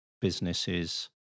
businesses